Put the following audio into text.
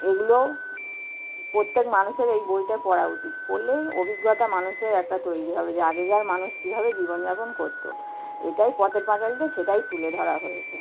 এগুলো প্রত্যেক মানুষের এই বইটা পড়া উচিত পড়লেই অভিজ্ঞতা মানুষের একটা তৈরি হবে যে আগেকার মানুষ কীভাবে জীবনযাপন করতো এটাই পথের পাঁচালীতে সেটাই তুলে ধরা হয়েছে